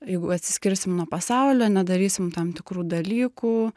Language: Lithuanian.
jeigu atsiskirsim nuo pasaulio nedarysim tam tikrų dalykų